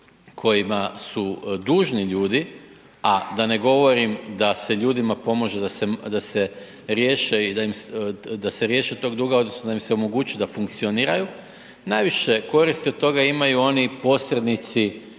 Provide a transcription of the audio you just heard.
kojima su dužni ljudi, a da ne govorim da se ljudima pomaže da se riješe tog duga odnosno da im se omogući da funkcioniraju, najviše koristi od toga imaju oni posrednici